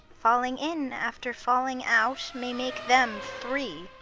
falling in, after falling out, may make them three.